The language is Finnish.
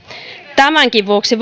tämänkin vuoksi